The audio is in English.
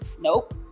Nope